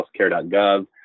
healthcare.gov